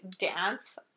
dance